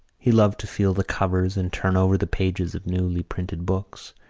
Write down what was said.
he loved to feel the covers and turn over the pages of newly printed books.